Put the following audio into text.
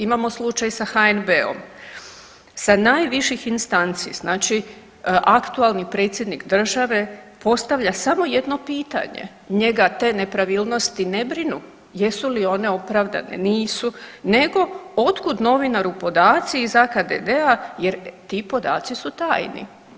Imamo slučaj sa HNB-om, sa najviših instanci znači aktualni predsjednik države postavlja samo jedno pitanje, njega te nepravilnosti ne brinu jesu li one opravdane, nisu nego od kud novinaru podaci iz AKDD-a jer ti podaci su tajni.